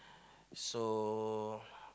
so